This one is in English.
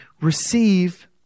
receive